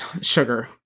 sugar